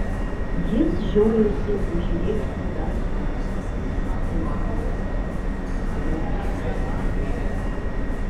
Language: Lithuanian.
jis žiojosi užrikti dar kartą kai pajuto kad luotas sudrebėjo